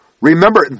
Remember